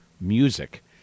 music